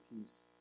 peace